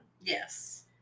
Yes